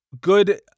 good